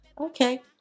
okay